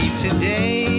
today